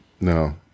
No